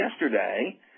yesterday